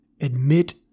Admit